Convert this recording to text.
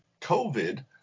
COVID